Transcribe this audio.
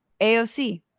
AOC